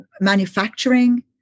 manufacturing